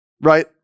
Right